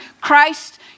Christ